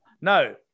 No